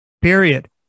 Period